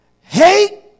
hate